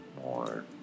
more